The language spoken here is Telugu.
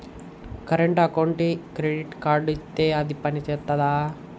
కరెంట్ అకౌంట్కి క్రెడిట్ కార్డ్ ఇత్తే అది పని చేత్తదా?